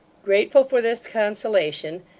grateful for this consolation,